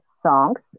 songs